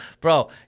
Bro